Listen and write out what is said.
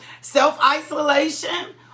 self-isolation